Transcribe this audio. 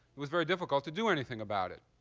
was very difficult to do anything about it.